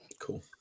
Cool